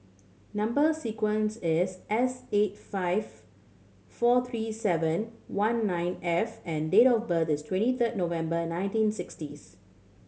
number sequence is S eight five four three seven one nine F and date of birth is twenty third November nineteen sixtieth